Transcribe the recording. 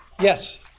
Yes